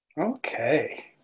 okay